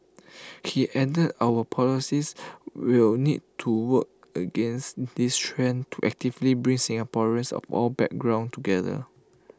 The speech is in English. he added our policies will need to work against this trend to actively bring Singaporeans of all background together